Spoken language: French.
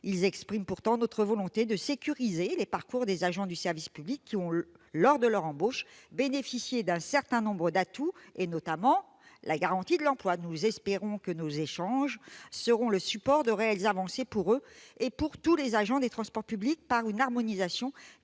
Ils expriment notre volonté de sécuriser les parcours des agents du service public, qui ont, lors de leur embauche, bénéficié d'un certain nombre d'avantages, notamment la garantie de l'emploi. Nous espérons que nos échanges permettront de réelles avancées pour eux et pour tous les agents des transports publics, grâce à une réelle harmonisation